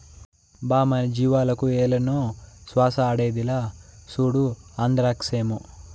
బా మన జీవాలకు ఏలనో శ్వాస ఆడేదిలా, సూడు ఆంద్రాక్సేమో